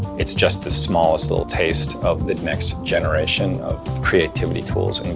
it's just the smallest little taste of the next generation of creativity tools in